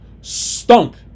stunk